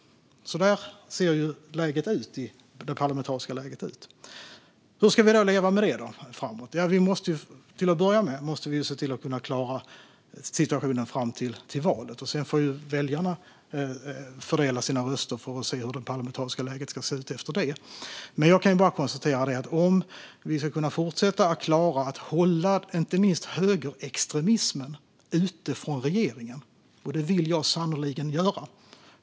Så ser det parlamentariska läget ut. Hur ska vi leva med detta? Till att börja med måste vi klara av det fram till valet. När sedan väljarna fördelat sina röster vet vi hur det parlamentariska läget ser ut. Att fortsätta att hålla inte minst högerextremismen ute från regeringen är något jag verkligen vill göra.